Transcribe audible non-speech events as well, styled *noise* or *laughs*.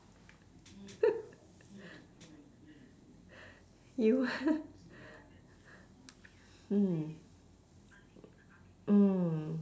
*laughs* you *laughs* mm mm